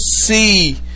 see